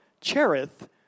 Cherith